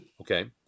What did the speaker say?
Okay